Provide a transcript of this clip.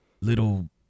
little